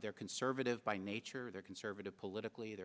they're conservative by nature they're conservative politically they're